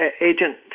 agent